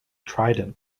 trident